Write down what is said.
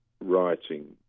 writing